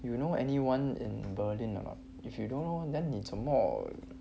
you know anyone in berlin or not if you don't know then 你怎么